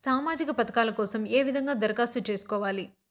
సామాజిక పథకాల కోసం ఏ విధంగా దరఖాస్తు సేసుకోవాలి